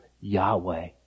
Yahweh